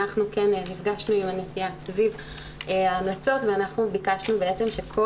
אנחנו נפגשנו עם הנשיאה סביב ההמלצות וביקשנו שכל